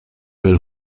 will